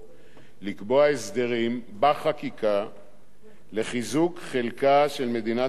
לקבוע הסדרים בחקיקה לחיזוק חלקה של מדינת ישראל